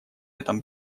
этом